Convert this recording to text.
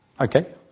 Okay